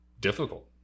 difficult